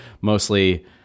mostly